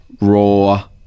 raw